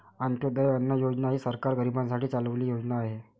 अंत्योदय अन्न योजना ही सरकार गरीबांसाठी चालवलेली योजना आहे